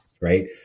right